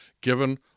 given